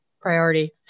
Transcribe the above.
priority